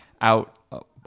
out